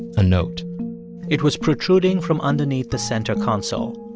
a note it was protruding from underneath the center console.